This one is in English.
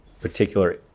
particular